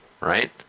right